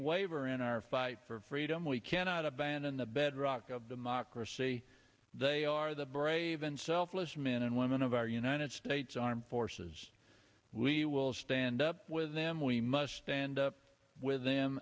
waver in our for freedom we cannot abandon the bedrock of them ocracy they are the brave and selfless men and women of our united states armed forces we will stand up with them we must stand up with them